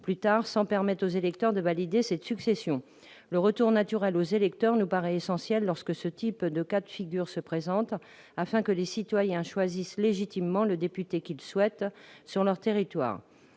plus tard, sans permettre aux électeurs de valider cette succession. Le retour naturel aux électeurs nous paraît essentiel lorsque ce cas de figure se présente afin de permettre aux citoyens de choisir légitiment le député qu'ils souhaitent voir représenter